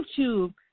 YouTube